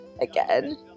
again